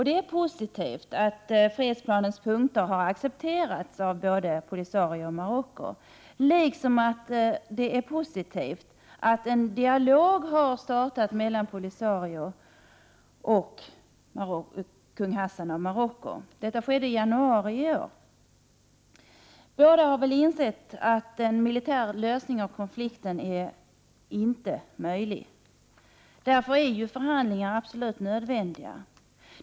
Det är positivt att fredsplanens punkter har accepterats av både Polisario och Marocko, liksom att det är positivt att en dialog har startat mellan Polisario och kung Hassan av Marocko. Detta skedde i januari i år. Båda sidor har insett att en militär lösning av konflikten inte är möjlig. Därför är förhandlingarna absolut nödvändiga.